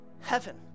heaven